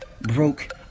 broke